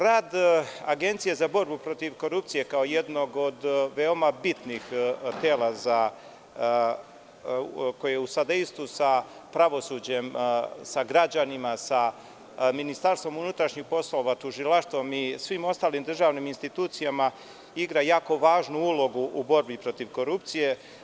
Rad Agencije za borbu protiv korupcije kao jednog od veoma bitnih tela koje u sadejstvu sa pravosuđem, sa građanima, sa MUP-om, tužilaštvom i svim ostalim državnim institucijama igra jako važnu ulogu u borbi protiv korupcije.